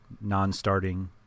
non-starting